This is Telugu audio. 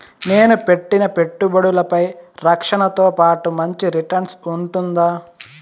నేను పెట్టిన పెట్టుబడులపై రక్షణతో పాటు మంచి రిటర్న్స్ ఉంటుందా?